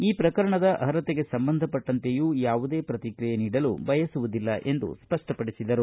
ಈ ಪ್ರಕರಣದ ಅರ್ಹತೆಗೆ ಸಂಬಂಧಪಟ್ಟಂತೆಯೂ ಯಾವುದೇ ಪ್ರತಿಕ್ರಿಯೆ ನೀಡಲು ಬಯಸುವುದಿಲ್ಲ ಎಂದು ಸ್ಪಷ್ಟಪಡಿಸಿದರು